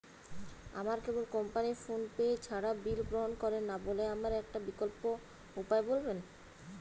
আমার cable company PhonePe ছাড়া bill গ্রহণ করে না বলে আমার একটা বিকল্প উপায় বলবেন?